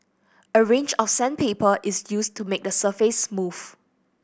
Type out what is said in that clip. a range of sandpaper is used to make the surface smooth